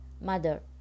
Mother